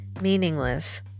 meaningless